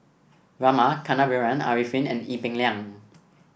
Rama Kannabiran Arifin and Ee Peng Liang